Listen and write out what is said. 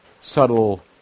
subtle